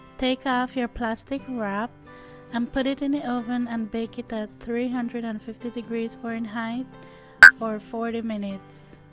take off your plastic wrap and put it in the oven and bake it at three hundred and fifty degrees fahrenheit for forty minutes